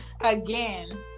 again